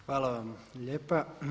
Hvala vam lijepa.